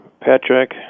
Patrick